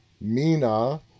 Mina